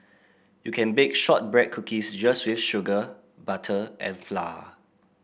you can bake shortbread cookies just with sugar butter and flour